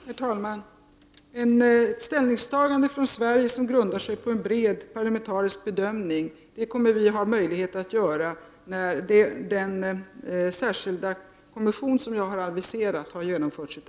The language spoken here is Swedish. Herr talman! När den särskilda kommission som jag har aviserat har genomfört sitt arbete kommer Sverige att ta ställning, grundad på en bred parlamentarisk bedömning.